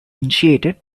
initiated